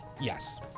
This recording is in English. Yes